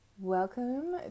Welcome